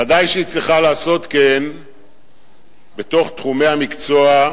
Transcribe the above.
ודאי שהיא צריכה לעשות כן בתוך תחומי המקצוע,